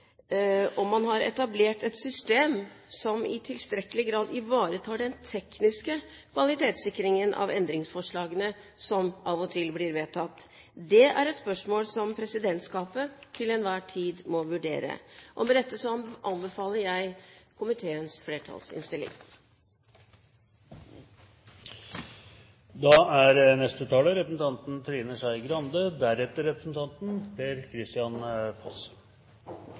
man har etablert et system som i tilstrekkelig grad ivaretar den tekniske kvalitetssikringen av endringsforslagene som av og til blir vedtatt. Det er et spørsmål som Presidentskapet til enhver tid må vurdere. Med dette anbefaler jeg komiteens flertallsinnstilling. Da er neste taler representanten Trine Skei Grande, deretter representanten